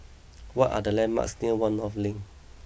what are the landmarks near One North Link